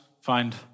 Find